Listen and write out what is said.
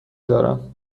دارم